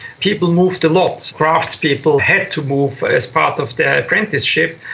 people moved a lot, craftspeople had to move as part of their apprenticeship.